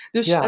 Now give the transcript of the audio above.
Dus